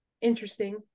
interesting